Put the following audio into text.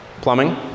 plumbing